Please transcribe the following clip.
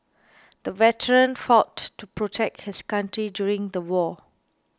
the veteran fought to protect his country during the war